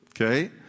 Okay